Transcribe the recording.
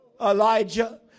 Elijah